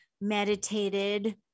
meditated